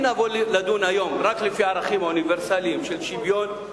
אם נבוא לדון היום רק לפי הערכים האוניברסליים של שוויון,